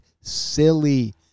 silly